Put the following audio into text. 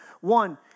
One